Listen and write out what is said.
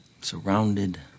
surrounded